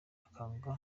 akanga